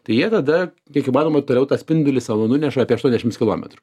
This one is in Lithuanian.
tai jie tada kiek įmanoma toliau tą spindulį savo nuneša apie aštuodešims kilometrų